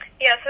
Yes